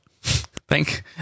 Thank